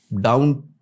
down